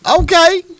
Okay